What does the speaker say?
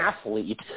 athlete